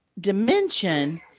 dimension